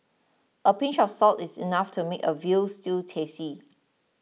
a pinch of salt is enough to make a Veal Stew tasty